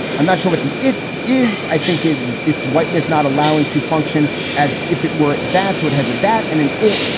i'm not sure what the it is. i think it's whiteness not allowing to function as if it were. that's what has it that and in it.